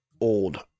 old